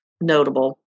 notable